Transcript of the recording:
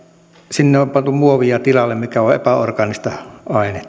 sinne on pantu tilalle muovia mikä on epäorgaanista ainetta